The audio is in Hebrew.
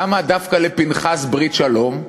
למה דווקא לפנחס ברית שלום?